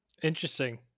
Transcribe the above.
interesting